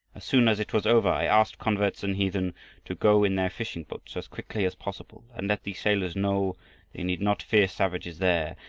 soon as it was over i asked converts and heathen to go in their fishing-boats as quickly as possible and let the sailors know they need not fear savages there,